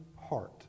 heart